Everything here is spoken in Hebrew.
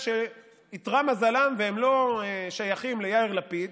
שאיתרע מזלם והם לא שייכים ליאיר לפיד: